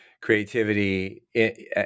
creativity